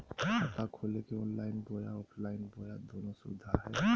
खाता खोले के ऑनलाइन बोया ऑफलाइन बोया दोनो सुविधा है?